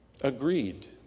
agreed